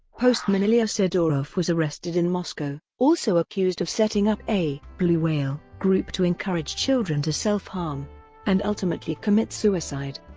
postman ilya sidorov was arrested in moscow, also accused of setting up a blue whale group to encourage children to self-harm and ultimately commit suicide.